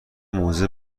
موزه